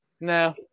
no